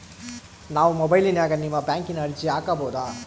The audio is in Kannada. ನಾವು ಮೊಬೈಲಿನ್ಯಾಗ ನಿಮ್ಮ ಬ್ಯಾಂಕಿನ ಅರ್ಜಿ ಹಾಕೊಬಹುದಾ?